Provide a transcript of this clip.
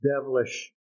devilish